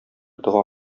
дога